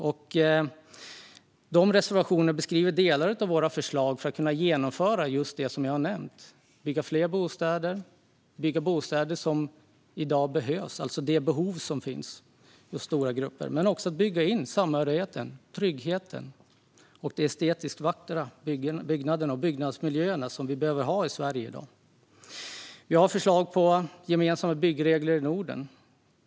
Dessa reservationer beskriver delar av våra förslag för att kunna genomföra just det som jag har nämnt - bygga fler bostäder, bygga bostäder som i dag behövs för stora grupper men också bygga in samhörigheten och tryggheten, bygga de estetiskt vackra byggnader och byggnadsmiljöer som vi behöver ha i Sverige i dag. Vi har förslag på gemensamma byggregler i Norden.